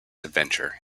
adventure